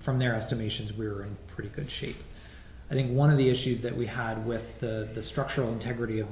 from their estimations we're in pretty good shape i think one of the issues that we had with the structural integrity of